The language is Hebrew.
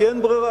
כי אין ברירה,